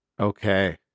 Okay